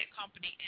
company